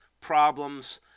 problems